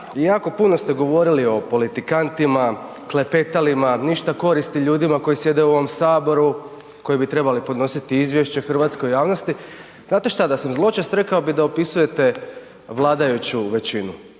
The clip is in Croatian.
jako puno ste govorili o politikantima, klepetalima, ništa koristi ljudima koji sjede u ovom Saboru, koji bi trebali podnositi izvješće hrvatskoj javnosti. Znate šta, da sam zločest rekao bih da opisujete vladajuću većinu